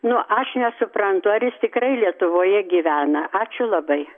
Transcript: nu aš nesuprantu ar jis tikrai lietuvoje gyvena ačiū labai